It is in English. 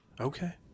okay